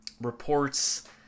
Reports